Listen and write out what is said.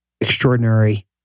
extraordinary